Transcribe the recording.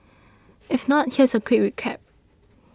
if not here's a quick recap